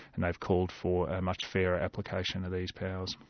and they've called for a much fairer application of these powers.